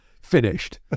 finished